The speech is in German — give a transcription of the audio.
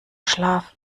schlaf